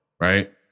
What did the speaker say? right